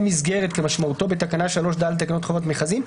מסגרת כמשמעותו בתקנה 3ד תקנות חובת מכרזים,